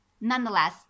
Nonetheless